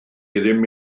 ddim